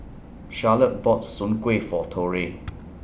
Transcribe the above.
Charolette bought Soon Kuih For Torrey